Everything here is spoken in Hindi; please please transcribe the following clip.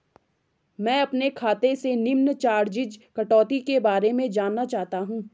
मैं अपने खाते से निम्न चार्जिज़ कटौती के बारे में जानना चाहता हूँ?